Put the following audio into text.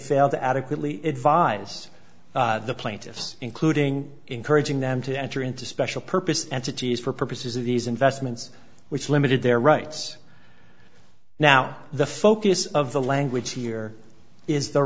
failed to adequately advise the plaintiffs including encouraging them to enter into special purpose entities for purposes of these investments which limited their rights now the focus of the language here is the